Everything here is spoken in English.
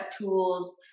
tools